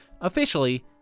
Officially